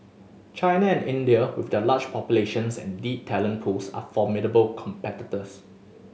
China and India with their large populations and deep talent pools are formidable competitors